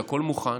שהכול מוכן,